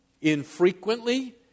infrequently